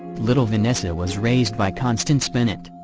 little vanessa was raised by constance bennett.